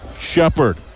Shepard